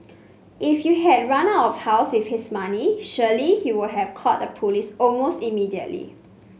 if you had run out of house with his money surely he would have called the police almost immediately